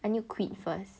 I need to quit first